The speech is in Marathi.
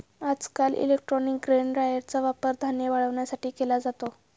आजकाल इलेक्ट्रॉनिक ग्रेन ड्रायरचा वापर धान्य वाळवण्यासाठी केला जातो